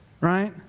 Right